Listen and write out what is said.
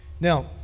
Now